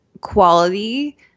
quality